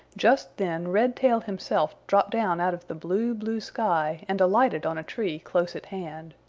just then redtail himself dropped down out of the blue, blue sky and alighted on a tree close at hand.